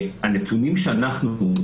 הנתונים שאנחנו,